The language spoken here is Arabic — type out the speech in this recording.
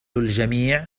الجميع